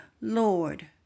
Lord